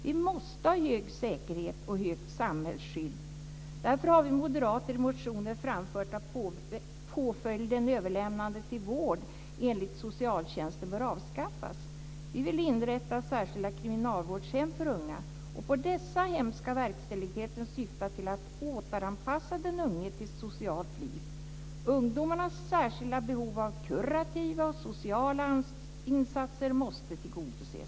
Vi måste ha hög säkerhet och högt samhällsskydd. Därför har vi moderater i motioner framfört att påföljden överlämnande till vård enligt socialtjänsten bör avskaffas. Vi vill inrätta särskilda kriminalvårdshem för unga. På dessa hem ska verkställigheten syfta till att återanpassa den unge till ett socialt liv. Ungdomarnas särskilda behov av kurativa och sociala insatser måste tillgodoses.